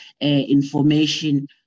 information